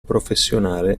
professionale